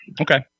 okay